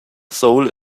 seoul